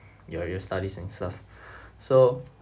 your your studies and stuff so